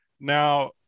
Now